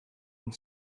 and